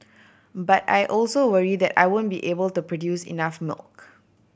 but I also worry that I won't be able to produce enough milk